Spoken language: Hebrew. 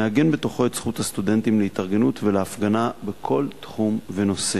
מעגן את זכות הסטודנטים להתארגנות ולהפגנה בכל תחום ונושא.